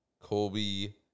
Colby